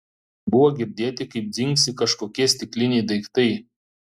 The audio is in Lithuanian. buvo girdėti kaip dzingsi kažkokie stikliniai daiktai